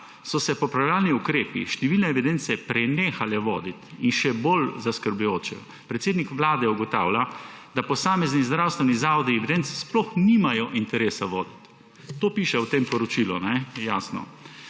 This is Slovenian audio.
so se popravljalni ukrepi, številne evidence prenehale voditi. In še bolj zaskrbljujoče, predsednik Vlade ugotavlja, da posamezni zdravstveni zavodi evidenc sploh nimajo interesa voditi. To piše v tem odgovoru, je jasno.